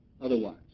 otherwise